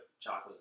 Chocolate